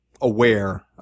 aware